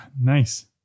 nice